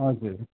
हजुर